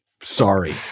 Sorry